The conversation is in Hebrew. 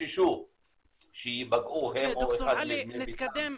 חששו שייפגעו, הם או אחד מבני משפחותיהם.